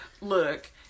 Look